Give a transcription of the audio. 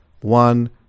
one